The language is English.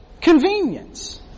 convenience